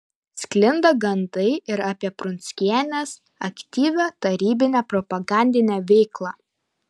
sklinda gandai ir apie prunskienės aktyvią tarybinę propagandinę veiklą